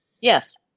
Yes